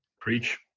Preach